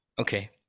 Okay